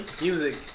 Music